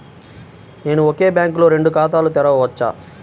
నేను ఒకే బ్యాంకులో రెండు ఖాతాలు తెరవవచ్చా?